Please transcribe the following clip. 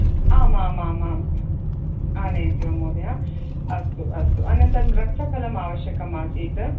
आम् आम् आम् आम् आनयति वा महोदय अस्तु अस्तु अनन्तरं रक्तफलम् आवश्यकम् आसीत्